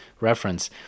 reference